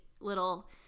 little